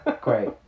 Great